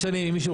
הנה.